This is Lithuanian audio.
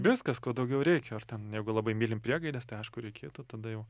viskas ko daugiau reikia ar ten jeigu labai mylim priegaides tai aišku reikėtų tada jau